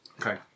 Okay